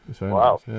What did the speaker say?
wow